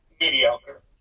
mediocre